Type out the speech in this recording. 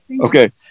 Okay